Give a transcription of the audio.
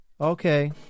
Okay